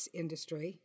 industry